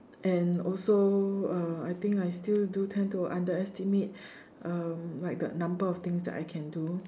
and also uh I think I still do tend to underestimate um like the number of things that I can do